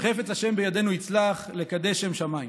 שחפץ ה' בידינו יצלח לקדש שם שמיים.